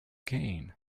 gain